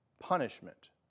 punishment